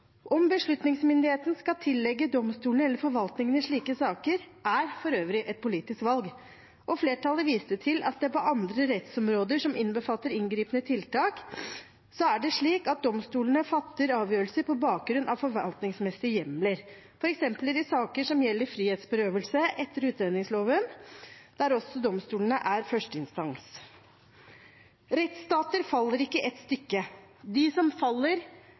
Om beslutningsmyndigheten skal tilligge domstolene eller forvaltningen i slike saker, er for øvrig et politisk valg, og flertallet viste til at det på andre rettsområder som innbefatter inngripende tiltak, er slik at domstolene fatter avgjørelser på bakgrunn av forvaltningsmessige hjemler, f.eks. i saker som gjelder frihetsberøvelse etter utlendingsloven, der også domstolene er førsteinstans. Rettsstater faller ikke i ett stykke. De som faller,